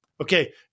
Okay